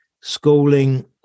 schooling